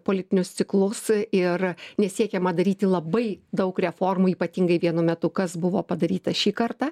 politinius ciklus ir nesiekiama daryti labai daug reformų ypatingai vienu metu kas buvo padaryta šį kartą